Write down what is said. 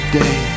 day